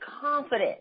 confident